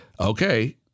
Okay